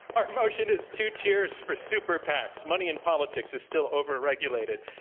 our motion is two cheers for super pacs money and politics is still overregulated.